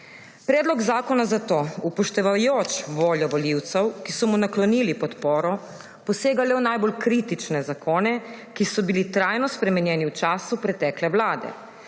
Predlog zakona zato, upoštevajoč voljo volivcev, ki so mu naklonili podporo, posega le v najbolj kritične zakone, ki so bili trajno spremenjeni v času pretekle vlade.